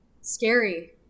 scary